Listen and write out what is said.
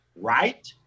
right